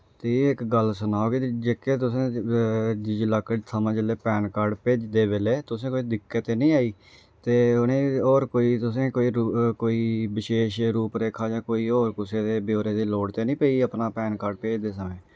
ते एह् इक गल्ल सनां कि जेह्के तुसें डी जी लाकर थमां जेल्लै पैन कार्ड भेजदे बेल्ले तुसें कोई दिक्कत ते निं आई ते उ'नें होर कोई तुसें कोई रु कोई बिशेश रूप रेखा जां कोई होर कुसै दे ब्योरे दी लोड़ ते निं पेई अपना पैन कार्ड भेजदे समें